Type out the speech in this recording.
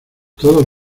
todos